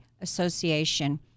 Association